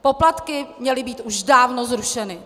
Poplatky měly být už dávno zrušeny!